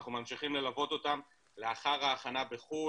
ואנחנו ממשיכים ללוות אותם לאחר ההכנה בחו"ל,